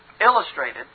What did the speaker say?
illustrated